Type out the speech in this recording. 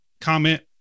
comment